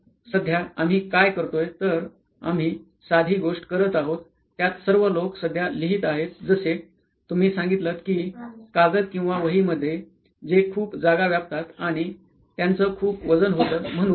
कारण सध्या आम्ही काय करतोय तर आम्ही साधी गोष्ट करत आहोत त्यात सर्व लोक सध्या लिहीत आहेत जसे तुम्ही सांगितलंत कि कागद किंवा वही मध्ये जे खूप जागा व्यापतात आणि त्यांचं खूप वजन होत